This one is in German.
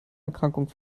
erkrankung